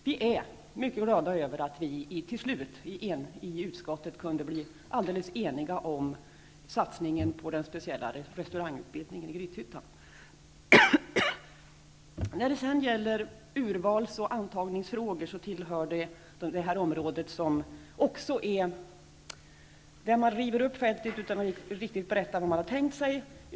Vi är mycket glada över att vi i utskottet till slut kunde enas om satsningen på den speciella restaurangutbildningen i Grythyttan. När det sedan gäller urvals och antagningsfrågor vill jag säga att det tillhör det område där man river upp fältet utan att riktigt berätta vad man har tänkt sig.